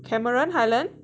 Cameron Highland